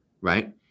Right